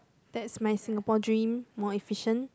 that's my Singapore dream more efficient